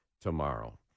tomorrow